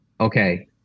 okay